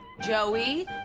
Joey